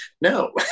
No